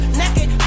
naked